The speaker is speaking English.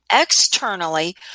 externally